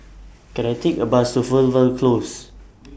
Can I Take A Bus to Fernvale Close